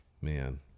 Man